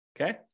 okay